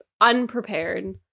unprepared-